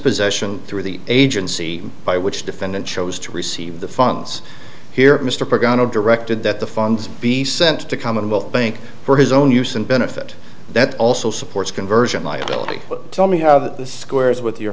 possession through the agency by which defendant chose to receive the funds here mr directed that the funds be sent to commonwealth bank for his own use and benefit that also supports conversion liability but tell me how this squares with your